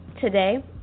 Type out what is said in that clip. Today